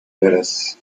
dallas